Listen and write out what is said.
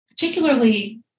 Particularly